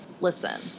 Listen